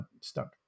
stuck